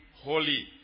holy